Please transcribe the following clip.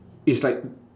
it's like